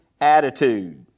attitude